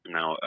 Now